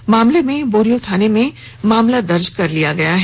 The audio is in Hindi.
इस मामले में बोरियो थाने में मामला दर्ज किया गया है